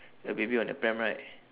a baby on a pram right